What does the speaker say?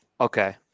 Okay